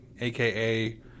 aka